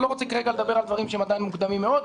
אני לא רוצה כרגע לדבר על דברים שהם עדיין מוקדמים מאוד.